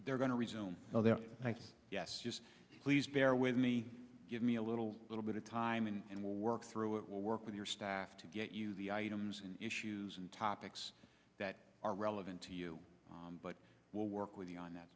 they're going to resume their thanks yes just please bear with me give me a little little bit of time and we'll work through it will work with your staff to get you the items and issues and topics that are relevant to you but we'll work with you on that